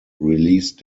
release